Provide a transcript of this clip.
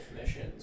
Missions